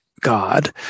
God